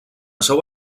seu